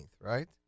right